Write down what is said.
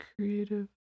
creative